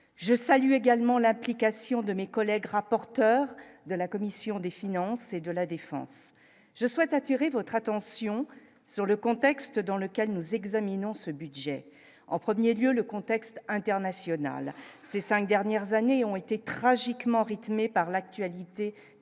je salue également l'application de mes collègues, rapporteur de la commission des finances et de la défense, je souhaite attirer votre attention sur le contexte dans lequel nous examinons ce budget en 1er lieu le contexte international, ces 5 dernières années ont été tragiquement rythmé par l'actualité